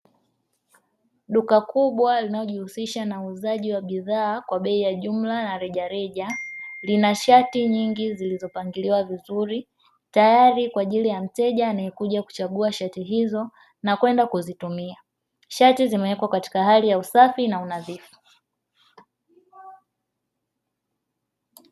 Duka kubwa linalojihusisha na uuzaji wa bidhaa kwa bei ya jumla na rejareja lina shati nyingi zilizopangiliwa vizuri tayari kwa ajili ya mteja anayekuja kuchagua shati hizo na kwenda kuzitumia, shati zimewekwa katika hali ya usafi na unadhifu.